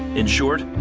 in short,